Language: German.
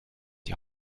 die